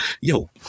Yo